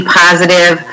positive